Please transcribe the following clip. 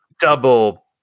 double